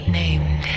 named